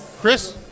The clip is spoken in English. Chris